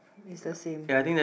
it's the same